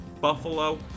Buffalo